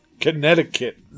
Connecticut